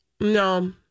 no